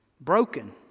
Broken